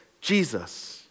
Jesus